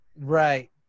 Right